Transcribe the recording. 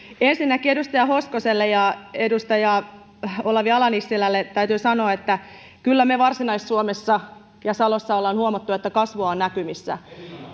ensinnäkin edustaja hoskoselle ja edustaja olavi ala nissilälle täytyy sanoa että kyllä me varsinais suomessa ja salossa olemme huomanneet että kasvua on näkyvissä